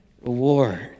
reward